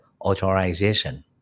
authorization